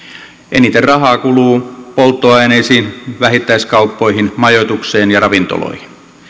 eniten rahaa kuluu polttoaineisiin vähittäiskauppoihin majoitukseen ja ravintoloihin